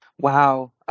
Wow